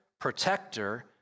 protector